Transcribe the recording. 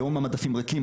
היום המדפים ריקים,